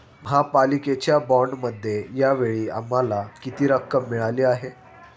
महापालिकेच्या बाँडमध्ये या वेळी आम्हाला किती रक्कम मिळाली आहे?